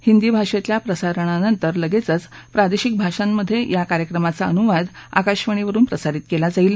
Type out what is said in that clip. हिंदी भाषेतल्या प्रसारणानंतर लगेचच प्रादेशिक भाषांमधे या कार्यक्रमाचा अनुवाद आकाशवाणीवरुन प्रसारित केला जाईल